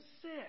sick